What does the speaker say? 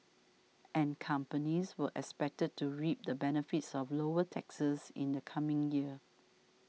and companies were expected to reap the benefits of lower taxes in the coming year